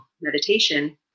meditation